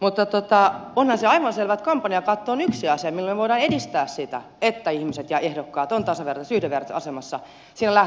mutta onhan se aivan selvä että kampanjakatto on yksi asia millä me voimme edistää sitä että ihmiset ja ehdokkaat ovat tasavertaisessa yhdenvertaisessa asemassa siinä lähtölaukauksessa kun lähdetään vaaleihin